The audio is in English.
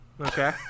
Okay